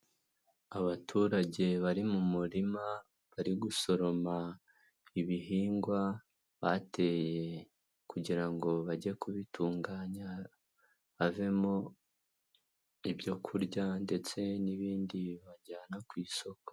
Abaturage bari mu murima, bari gusoroma ibihingwa bateye kugira ngo bajye kubitunganya havemo ibyo kurya ndetse n'ibindi bajyana ku isoko.